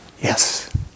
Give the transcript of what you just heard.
yes